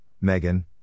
Megan